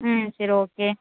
ம் சரி ஓகே